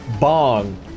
bong